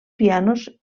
pianos